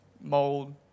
mold